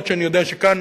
אף-על-פי שאני יודע שכאן,